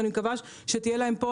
ואני מקווה שתהיה להם פה,